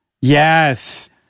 Yes